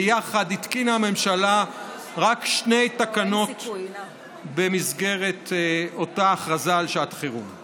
ביחד התקינה הממשלה רק שתי תקנות במסגרת אותה הכרזה על שעת חירום.